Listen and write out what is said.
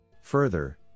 Further